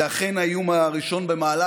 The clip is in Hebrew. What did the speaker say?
זה אכן האיום הראשון במעלה,